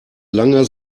langer